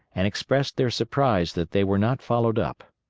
and express their surprise that they were not followed up.